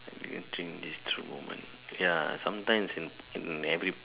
I didn't think this through moment ya sometimes when every